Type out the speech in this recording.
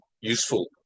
useful